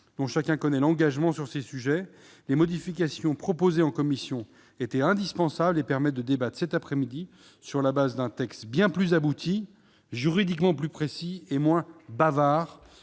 dont chacun connaît l'engagement sur ces sujets. Les modifications proposées en commission étaient indispensables. Elles permettent de débattre cet après-midi d'un texte bien plus abouti, juridiquement plus précis et moins « bavard